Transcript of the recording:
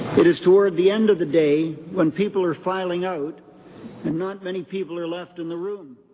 it is toward the end of the day, when people are filing out, and not many people are left in the room.